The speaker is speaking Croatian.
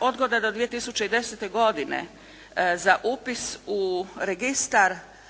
odgoda do 2010. godine za upis u registar